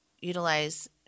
utilize